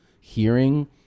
hearing